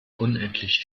unendlich